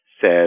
says